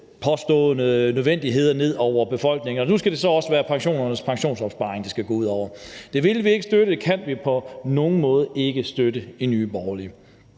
påståede nødvendigheder ned over befolkningen. Nu skal det være pensionisternes pensionsopsparing, det skal gå ud over. Det vil og kan vi ikke på nogen måde støtte i Nye Borgerlige.